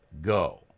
go